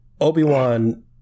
Obi-Wan